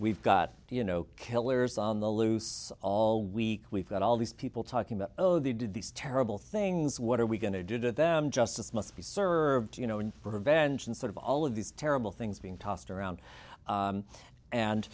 we've got you know killers on the loose all week we've got all these people talking about oh they did these terrible things what are we going to do to them justice must be served you know and revenge and sort of all of these terrible things being tossed around